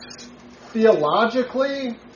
Theologically